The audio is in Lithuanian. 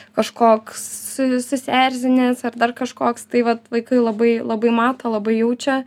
kažkoks susierzinęs ar dar kažkoks tai vat vaikai labai labai mato labai jaučia